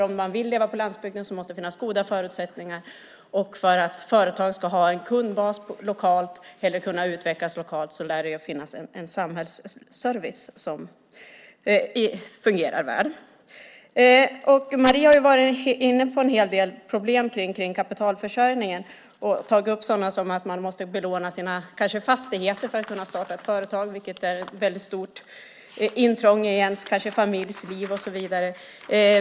Om man vill leva på landsbygden måste det finnas goda förutsättningar, och för att företag ska ha en kundbas lokalt eller kunna utvecklas lokalt lär det behöva finnas en samhällsservice som fungerar väl. Marie var inne på en hel del av problemen kring kapitalförsörjningen och tagit upp sådant som att man kanske måste belåna sin fastighet för att kunna starta ett företag, vilket kanske är ett väldigt stort intrång i familjens liv och så vidare.